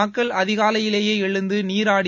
மக்கள் அதிகாலையிலேயே எழுந்து நீராடி